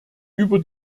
über